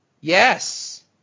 Yes